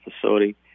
facility